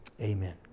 Amen